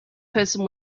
person